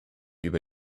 über